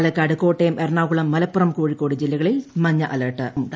പാലക്കാട് കോട്ടയം എറണാകുളം മലപ്പുറം കോഴിക്കോട് ജില്ലകളിൽ മഞ്ഞ അലർട്ടുമുണ്ട്